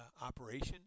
operation